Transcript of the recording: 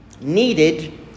needed